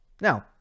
Now